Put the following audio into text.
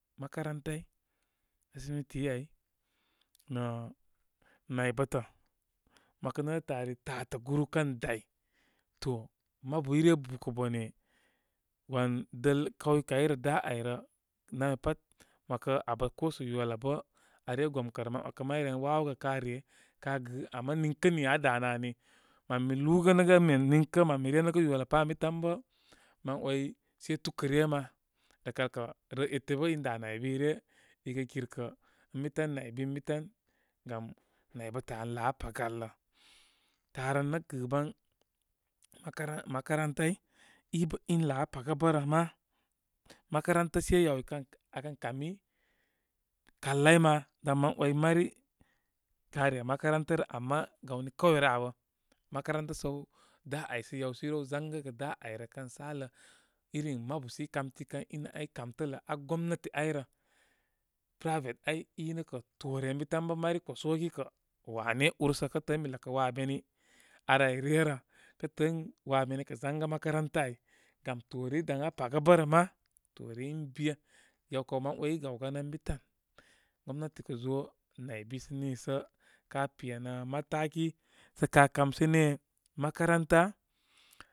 Makarantai, asimiti āy, nə' naybətə. Mə 'wakə netə'tə' ari tatən guru kən day, to mabu i re bukə' bone wan dəl kayukai rə da' a'y rə. Nam ya pat mə 'wakə abə ko sə yola bə' are gom kə' rə, mə. Wakə ren wawogə ka re ka' gɨ. Ama niŋ aa danə ani, mən be lubarubar gənəgə niŋ kə mən be renəgə yola pa' ən bi tan bə' se tukə ryə ma. Rə kal kə' rəə ete bə' in da' nay bi ryə i kə' kirkə ən bi tan. Nay bi ən bi tangam naybotə an laa aa paga nlə. Taaren nə' gɨbam makar makarantai. i bə' in lāā ra paga bərə ma. Makaranta se yaw i kən akən kami kal ai ma dan mən 'way mari, ka' re makaranta rə ama gaw ni kauye rə abə, makaranta səw da ay sə yaw sə i rew zangəgə dā ay rə- kən salə iri mabu sə i kamti kan inə a'y ən bi kamtə' lə aa gomnati āy rə. Private āy. i nə' kə' toore ən bi tan. Kə mari kposoki kə wane ubarr sə kə tə'ə' ən be ləkə waa beni ar āy ryə rə. Kə tə'ə' ən waa beni kə' zangə makaranta āy. Gam toore i daŋ aa bəybərə mā. Toore in be' yaw kaw mə 'way i gawgan ən bi tan. Gomnati kə' zo naybi sə nii sə ka' penə mataki sə ka kamshene makaranta.